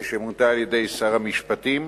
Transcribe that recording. שמונתה על-ידי שר המשפטים,